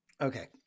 Okay